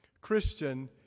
Christian